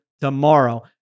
tomorrow